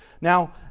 Now